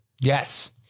Yes